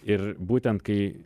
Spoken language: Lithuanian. ir būtent kai